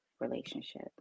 relationship